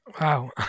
Wow